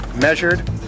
measured